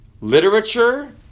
literature